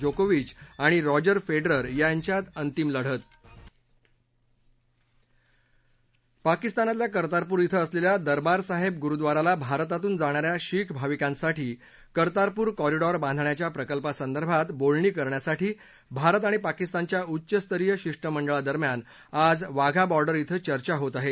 जोकोविच आणि Roger Federer यांच्यात अंतिम लढत पाकिस्तानातल्या कर्तारपूर इथं असलेल्या दरबारसाहेब गुरुद्वाराला भारतातून जाणा या शीख भाविकांसाठी कर्तारपूर कॉरिडॉर बांधण्याच्या प्रकल्पासंदर्भात बोलणी करण्यासाठी भारत आणि पाकिस्तानच्या उच्चस्तरीय शिष्टमंडळांदरम्यान आज वाघाबॉर्डर इथं चर्चा होत आहे